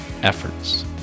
efforts